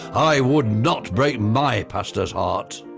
i would not break my pastor's heart.